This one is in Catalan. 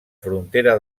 frontera